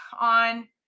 on